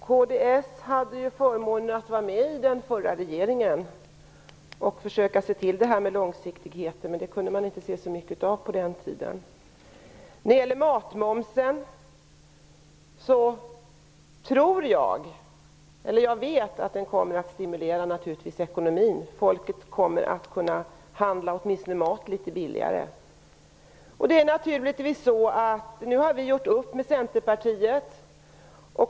Fru talman! Kds hade ju förmånen att vara med i den förra regeringen och försöka se till detta med långsiktighet, men det kunde man inte se så mycket av på den tiden. När det gäller sänkning av matmomsen vet jag att den kommer att stimulera ekonomin. Folk kommer att kunna handla åtminstone mat litet billigare. Nu har vi gjort upp med Centerpartiet.